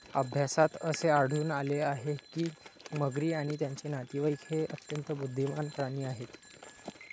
अभ्यासात असे आढळून आले आहे की मगरी आणि त्यांचे नातेवाईक हे अत्यंत बुद्धिमान प्राणी आहेत